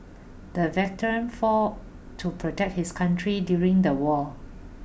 the veteran fought to protect his country during the war